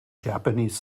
japanese